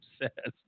obsessed